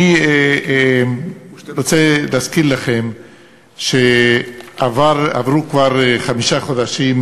אני רוצה להזכיר לכם שעברו כבר חמישה חודשים